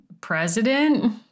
president